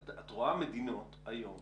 את רואה מדינות היום